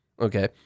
Okay